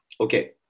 Okay